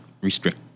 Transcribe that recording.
restrict